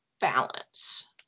balance